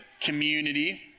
community